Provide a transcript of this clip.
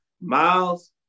Miles